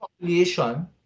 population